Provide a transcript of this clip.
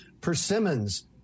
Persimmons